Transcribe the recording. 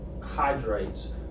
hydrates